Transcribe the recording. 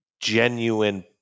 genuine